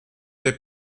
des